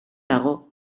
dago